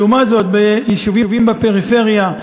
ולעומת זאת ביישובים בפריפריה,